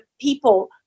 people